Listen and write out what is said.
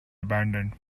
abandoned